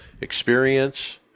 experience